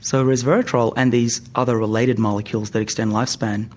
so resveretrol and these other related molecules that extend lifespan